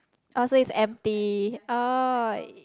oh so its empty oh